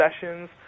sessions